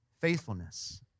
faithfulness